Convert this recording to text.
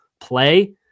play